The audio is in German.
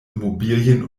immobilien